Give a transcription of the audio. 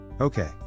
Okay